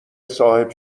صاحب